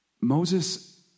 Moses